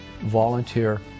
Volunteer